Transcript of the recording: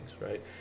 right